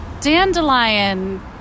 dandelion